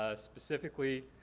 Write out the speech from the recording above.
ah specifically,